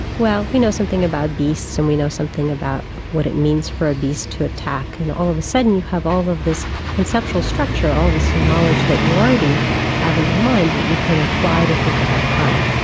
well we know something about beasts and we know something about what it means for a beast to attack, and all of a sudden you have all of this conceptual structure, all of this knowledge that you already have in your mind that you can apply to think about crime.